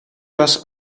was